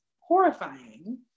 horrifying